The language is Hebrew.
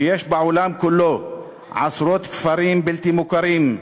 שיש בעולם כולו עשרות כפרים בלתי מוכרים,